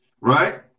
right